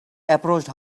approached